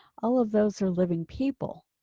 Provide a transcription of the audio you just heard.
all of those are living people